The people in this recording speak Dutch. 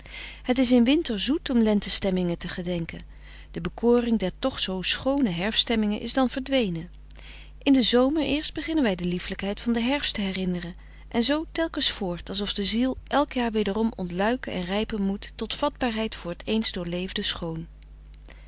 het is in winter zoet om lente stemmingen te gedenken de bekoring der toch zoo schoone herfst stemmingen is dan verdwenen in den zomer eerst beginnen wij de lieflijkheid van den herfst te herinneren en zoo telkens voort alsof de ziel elk jaar wederom ontluiken en rijpen moet tot vatbaarheid voor t eens doorleefde schoon